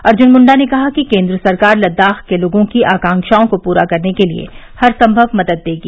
अर्जुन मुंडा ने कहा कि केन्द्र सरकार लद्दाख के लोगों की आकांक्षाओं को पूरा करने के लिए हर संभव मदद देगी